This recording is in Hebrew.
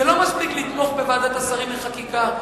זה לא מספיק לתמוך בוועדת השרים לחקיקה,